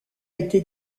été